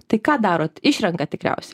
tai ką darot išrenkat tikriausiai